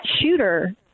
shooter